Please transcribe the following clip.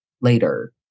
later